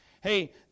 Hey